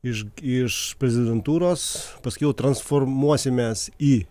iš iš prezidentūros paskiau transformuosimės į